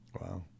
Wow